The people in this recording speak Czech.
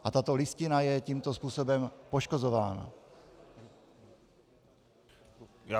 A tato Listina je tímto způsobem poškozována.